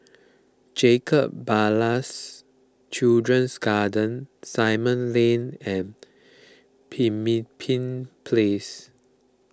Jacob Ballas Children's Garden Simon Lane and Pemimpin Place